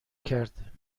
کرد